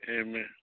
Amen